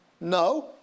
No